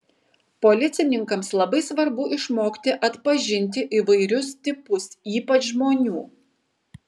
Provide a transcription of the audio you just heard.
policininkams labai svarbu išmokti atpažinti įvairius tipus ypač žmonių